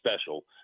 special